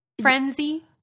Frenzy